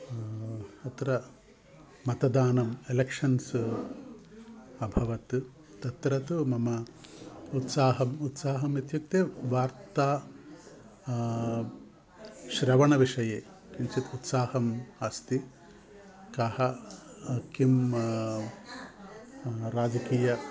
अत्र मतदानम् एलेक्षन्स् अभवत् तत्र तु मम उत्साहं उत्साहं इत्युक्ते वार्ता श्रवणविषये किञ्चित् उत्साहं अस्ति कः किम् राजकीय